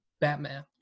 Batman